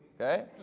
Okay